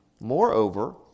Moreover